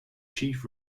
chief